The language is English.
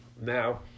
now